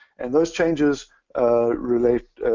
and those changes relate,